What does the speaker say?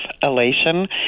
elation